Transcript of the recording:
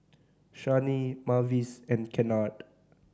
Shani Mavis and Kennard